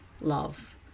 love